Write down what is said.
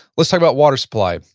let's talk about water supply.